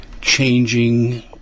changing